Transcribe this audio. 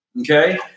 Okay